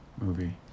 movie